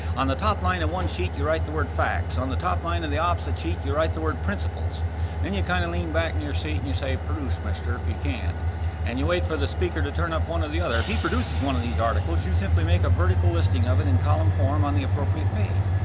on the top line of one sheet you write the word facts on the top line of the opposite sheet you write the word principles then you kind of lean back in your seat and you say, mister, if you can and you wait for the speaker to turn up one or the other. if he produces one of these articles you simply make a vertical listing of it in column form on the appropriate page.